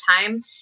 time